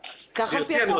כך על פי החוק.